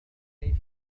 كيف